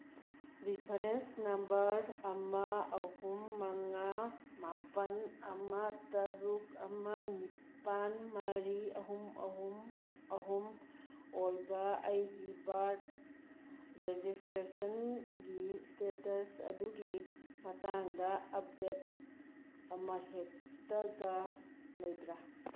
reference number ꯑꯃ ꯑꯍꯨꯝ ꯃꯉꯥ ꯃꯥꯄꯟ ꯑꯃ ꯇꯔꯨꯛ ꯑꯃ ꯅꯤꯄꯥꯟ ꯃꯔꯤ ꯑꯍꯨꯝ ꯑꯍꯨꯝ ꯑꯍꯨꯝ ꯑꯣꯏꯕ ꯑꯩꯒꯤ ꯕꯥꯔꯠ ꯔꯦꯖꯤꯁꯇ꯭ꯔꯦꯁꯟꯒꯤ ꯏꯁꯇꯦꯇꯁ ꯑꯗꯨꯒꯤ ꯃꯇꯥꯡꯗ ꯑꯞꯗꯦꯠ ꯑꯃꯍꯦꯛꯇꯒ ꯂꯩꯕ꯭ꯔꯥ